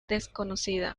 desconocida